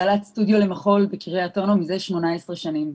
בעלת סטודיו למחול בקריית אונו מזה 18 שנים.